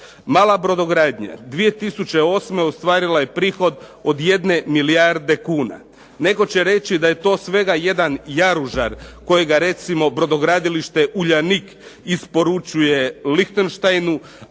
Mala brodogradnja 2008. ostvarila je prihod od jedne milijarde kuna, nego će reći da je to svega jedan jaružar kojega recimo brodogradilište „Uljanik“ isporučuje Lichtensteinu